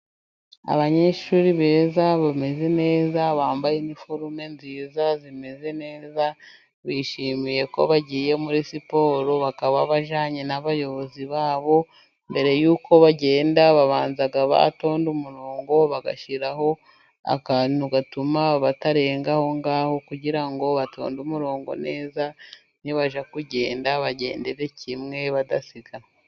Abanyeshuri beza, bameze neza, bambaye iniforome nziza, zimeze neza, bishimiye ko bagiye muri siporo, bakaba bajyanye n'abayobozi babo, mbere yuko bagenda babanza batonda umurongo, bagashyiraho akantu gatuma batarenga ahongaho, kugirango batonde umurongo neza, nibajya kugenda bagendere kimwe badasiganwa.